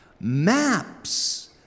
Maps